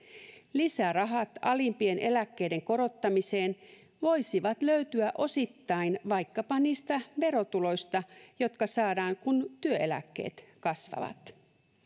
lisärahat alimpien eläkkeiden korottamiseen voisivat löytyä osittain vaikkapa niistä verotuloista jotka saadaan kun työeläkkeet kasvavat